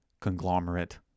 conglomerate